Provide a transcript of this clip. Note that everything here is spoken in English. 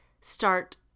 start